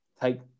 take